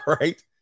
Right